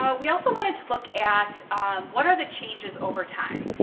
ah we also wanted to look at what are the changes over time,